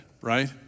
right